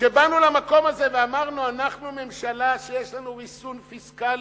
כשבאנו למקום הזה ואמרנו: אנחנו ממשלה שיש לנו ריסון פיסקלי,